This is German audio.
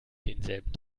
denselben